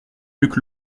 luc